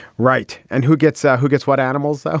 right. and who gets ah who gets what? animals? ah